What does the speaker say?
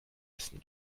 essen